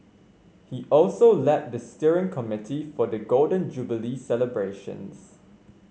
he also led the steering committee for the Golden Jubilee celebrations